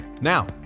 now